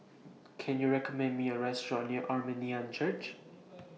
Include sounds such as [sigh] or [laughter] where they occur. Can YOU recommend Me A Restaurant near Armenian Church [noise]